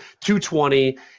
220